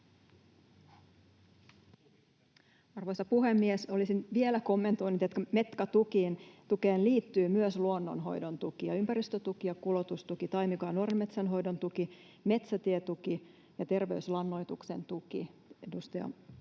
Arvoisa puhemies! Olisin vielä kommentoinut, että Metka-tukeen liittyy myös luonnonhoidon tuki ja ympäristötuki ja kulotustuki, taimikon ja nuoren metsän hoidon tuki, metsätietuki ja terveyslannoituksen tuki